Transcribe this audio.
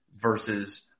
versus